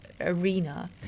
arena